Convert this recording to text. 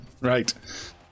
right